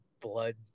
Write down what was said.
blood